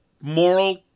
moral